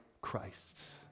Christ's